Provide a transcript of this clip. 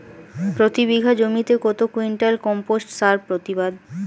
প্রতি বিঘা জমিতে কত কুইন্টাল কম্পোস্ট সার প্রতিবাদ?